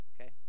okay